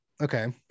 Okay